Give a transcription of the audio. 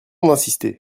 d’insister